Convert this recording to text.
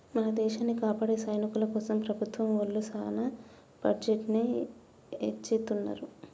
మన దేసాన్ని కాపాడే సైనికుల కోసం ప్రభుత్వం ఒళ్ళు సాన బడ్జెట్ ని ఎచ్చిత్తున్నారు